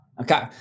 Okay